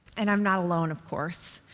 and i'm not alone, of course.